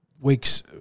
Weeks